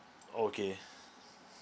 okay